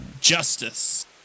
Justice